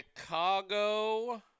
Chicago